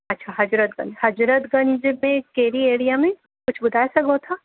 अच्छा Hazratganj Hazratganj में कहिड़ी एरिया में कुझु ॿुधाए सघो था